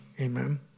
amen